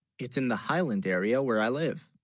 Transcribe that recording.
it's in the highland area where i live